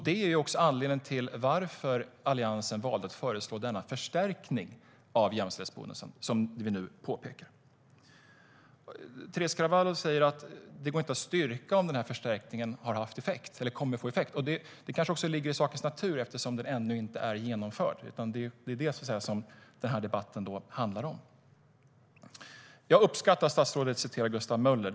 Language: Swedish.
Det är en anledning till att Alliansen valde att föreslå den förstärkning av jämställdhetsbonusen som vi nu pekar på. Jag uppskattar att statsrådet citerar Gustav Möller.